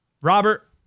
Robert